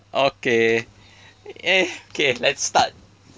okay eh K let's start